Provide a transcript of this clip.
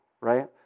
right